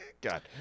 God